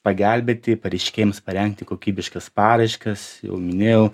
pagelbėti pareiškėjams parengti kokybiškas paraiškas jau minėjau